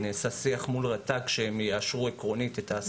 נעשה שיח מול רט"ג כדי שיאשרו עקרונית את ההסכמה שלהם.